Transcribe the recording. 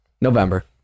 november